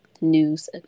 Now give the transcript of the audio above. news